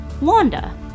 Wanda